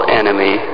enemy